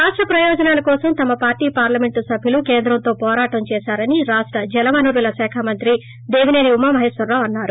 రాష్ట ప్రయోజనాల కోసం తమ పార్టీ పార్లమెంట్ సభ్యులు కేంద్రంతో పోరాటం చేశారని రాష్ట జలవనరుల శాఖ మంత్రి దేవిసేని ఉమామహేశ్వరరావు అన్నారు